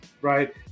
right